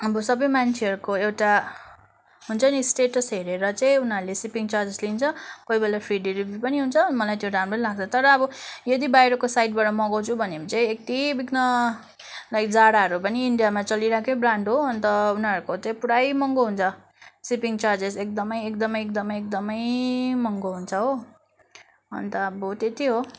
अब सबै मान्छेहरूको एउटा हुन्छ नि स्टेटस हरेर चाहिँ उनीहरूले सिपिङ चार्जेस लिन्छ कोही बेला फ्री डेलिभरी पनि हुन्छ मलाई त्यो राम्रो लाग्छ तर अब यदि बाहिरको साइटबाट मगाउँछु भन्यो भने यति विघ्न लाइक जाराहरू पनि इन्डियामा चलिरहेकै ब्रान्ड हो अन्त उनीहरूको चाहिँ पुरै महँगो हुन्छ सिपिङ चार्जेस एकदमै एकदमै एकदमै एकदमै महँगो हुन्छ हो अन्त अब त्यत्ति हो